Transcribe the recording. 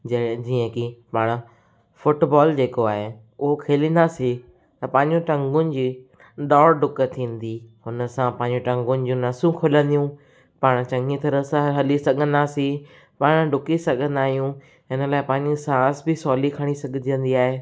जॾहिं जीअं कि पाण फुटबॉल जेको आहे उहो खेलींदासीं त पंहिंजो टंगुनि जी दौड़ ॾुक थींदी हुन सां पंहिंजी टंगुनि जूं नसियूं खुलंदियूं पाण चङी तरह सां हली सघंदासीं पाण ॾुकी सघंदा आहियूं हिन लाइ पंहिंजी सांस बि सहुली खणी सघिजंदी आहे